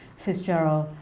fitzgerald,